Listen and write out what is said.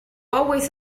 always